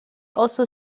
also